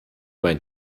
mein